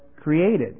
created